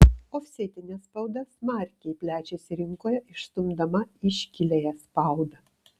ofsetinė spauda smarkiai plečiasi rinkoje išstumdama iškiliąją spaudą